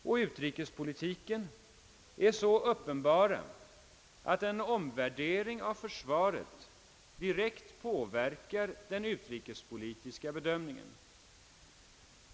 och utrikespolitiken är så uppenbara att en omvärdering av försvaret direkt påverkar den utrikespolitiska bedömningen.